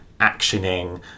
actioning